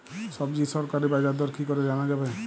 সবজির সরকারি বাজার দর কি করে জানা যাবে?